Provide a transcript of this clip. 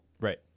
right